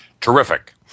terrific